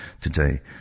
today